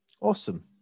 Awesome